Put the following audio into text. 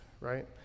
right